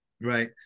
right